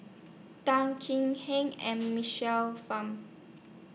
Tan Kek Hiang and Michael Fam